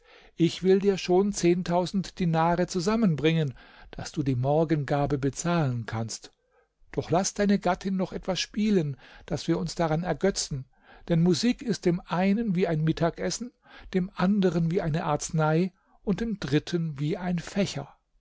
ich will dir schon zehntausend dinare zusammenbringen daß du die morgengabe bezahlen kannst doch laß deine gattin noch etwas spielen daß wir uns daran ergötzen denn musik ist dem einen wie ein mittagessen dem anderen wie eine arznei und dem dritten wie ein fächer